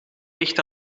echt